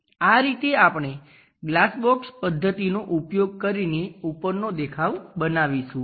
આ રીતે આપણે ગ્લાસ બોક્સ પદ્ધતિનો ઉપયોગ કરીને ઉપરનો દેખાવ બનાવીશું